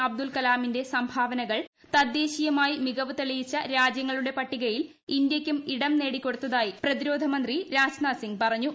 അബ്ദുൾ കലാമിന്റെ സംഭാവനകൾ തദ്ദേശീയമായി മികവ് തെളിയിച്ച രാജ്യങ്ങളുടെ പട്ടികയിൽ ഇന്ത്യയ്ക്കും ഇടം നേടി കൊടുത്തതായി പ്രതിരോധ മന്ത്രി രാജ്നാഥ് സിംഗ് പറഞ്ഞു